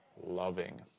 loving